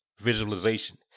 Visualization